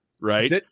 right